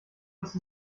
ist